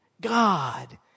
God